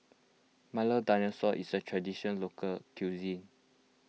Milo Dinosaur is a Traditional Local Cuisine